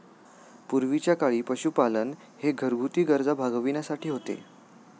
पूर्वीच्या काळी पशुपालन हे घरगुती गरजा भागविण्यासाठी होते